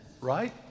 right